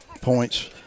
points